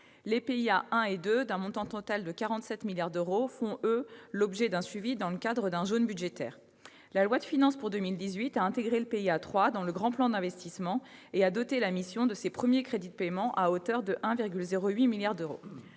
Les PIA 1 et 2, d'un montant total de 47 milliards d'euros, font, eux, l'objet d'un suivi dans le cadre d'un jaune budgétaire. La loi de finances pour 2018 a inclus le PIA 3 dans le Grand Plan d'investissement et a doté la mission de ces premiers crédits de paiement à hauteur de 1,08 milliard d'euros.